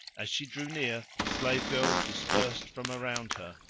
as she drew near, the slave girls dispersed from around her,